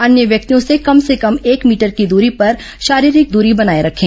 अन्य व्यक्तियों से कम से कम एक मीटर की दूरी पर शारीरिक दूरी बनाए रखें